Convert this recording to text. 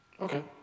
Okay